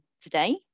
today